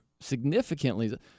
significantly